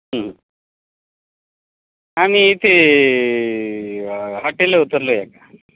आम्ही इथे हॉटेल उतरलो आहे एका